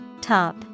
Top